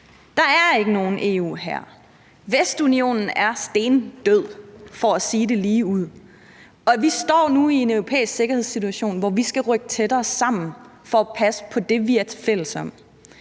Der er ikke nogen EU-hær. Vestunionen er stendød for at sige det ligeud, og vi står nu i en europæisk sikkerhedssituation, hvor vi skal rykke tættere sammen for at passe på det, vi er fælles om.